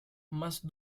más